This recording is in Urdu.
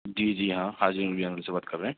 جی جی ہاں حاجی نور بریانی والے سے بات کر رہے ہیں